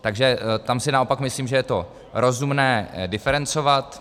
Takže tam si naopak myslím, že je to rozumné diferencovat.